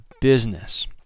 business